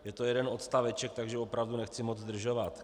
Je to jeden odstaveček, takže opravdu nechci moc zdržovat.